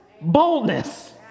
boldness